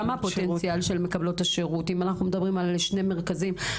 כמה הפוטנציאל של מקבלות השירות אם אנחנו מדברים על שני מרכזים,